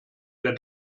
der